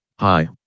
Hi